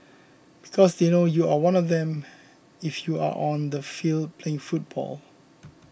because they know you are one of them if you are on the field playing football